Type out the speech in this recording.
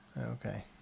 Okay